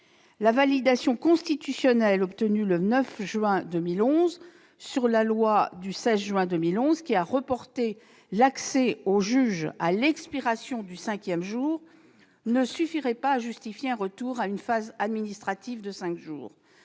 La validation constitutionnelle obtenue le 9 juin 2011 sur la loi du 16 juin 2011 qui a reporté l'accès aux juges à l'expiration du cinquième jour ne suffirait pas à justifier un retour à une phase administrative de 5 jours.